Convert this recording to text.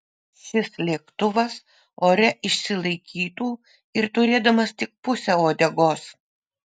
šis lėktuvas ore išsilaikytų ir turėdamas tik pusę uodegos